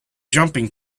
jumping